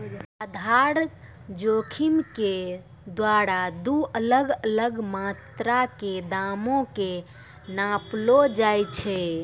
आधार जोखिम के द्वारा दु अलग अलग मात्रा के दामो के नापलो जाय छै